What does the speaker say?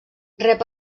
rep